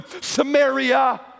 Samaria